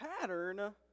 pattern